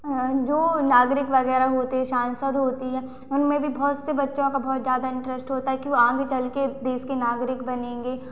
जो नागरिक वगैरह होते हैं सांसद होते हैं उनमें भी बहुत से बच्चों का बहुत ज़्यादा इंटरेस्ट होता है वह आगे चलकर देश के नागरिक बनेंगे